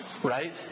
right